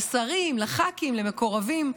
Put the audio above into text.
לשרים, לח"כים, למקורבים.